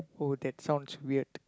oh that sounds weird